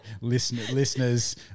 listeners